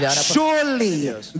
Surely